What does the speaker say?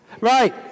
Right